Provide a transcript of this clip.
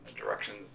directions